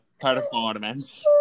performance